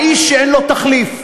האיש שאין לו תחליף.